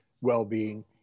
well-being